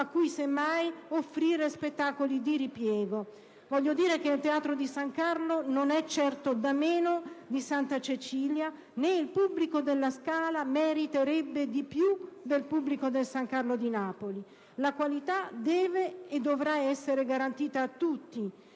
ai quali, se mai, offrire spettacoli di ripiego. Voglio dire che il teatro San Carlo non è certo da meno dell'Accademia di Santa Cecilia, né il pubblico del Teatro alla Scala meriterebbe di più del pubblico del San Carlo di Napoli. La qualità deve e dovrà essere garantita a tutti.